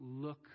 look